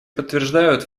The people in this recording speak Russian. подтверждают